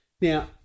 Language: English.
Now